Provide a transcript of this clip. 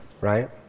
Right